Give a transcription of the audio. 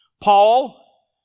Paul